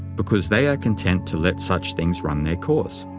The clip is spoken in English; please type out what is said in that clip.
because they are content to let such things run their course.